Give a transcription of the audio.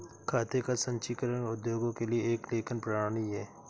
खाते का संचीकरण उद्योगों के लिए एक लेखन प्रणाली है